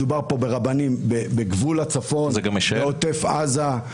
מדובר פה ברבנים בגבול הצפון, עוטף עזה.